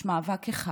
יש מאבק אחד